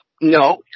No